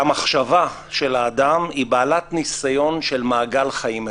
שהמחשבה של האדם היא בעלת ניסיון של מעגל חיים אחד,